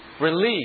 release